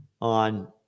on